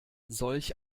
solch